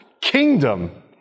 kingdom